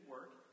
work